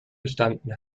gestanden